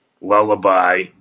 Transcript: Lullaby